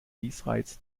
niesreiz